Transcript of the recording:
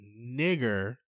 nigger